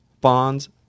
bonds